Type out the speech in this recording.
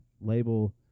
label